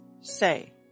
say